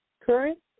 Current